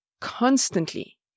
constantly